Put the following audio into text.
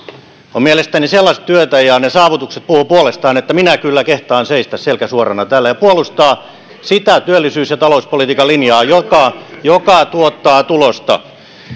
on mielestäni sellaista työtä ja ne saavutukset puhuvat puolestaan että minä kyllä kehtaan seistä selkä suorana täällä ja puolustaa sitä työllisyys ja talouspolitiikan linjaa joka joka tuottaa tulosta